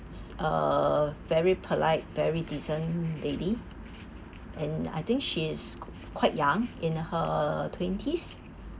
uh very polite very decent lady and I think she's quite young in her twenties